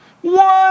One